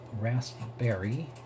Raspberry